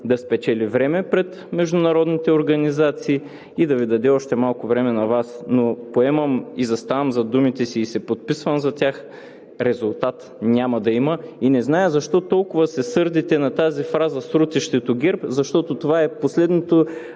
да спечели време пред международните организации и да Ви даде още малко. Но поемам и заставам зад думите си и се подписвам за тях – резултат няма да има! И не зная защо толкова се сърдите на тази фраза – срутището ГЕРБ, защото това е последното